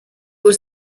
was